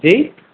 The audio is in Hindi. जी